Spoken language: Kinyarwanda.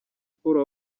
sports